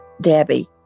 Debbie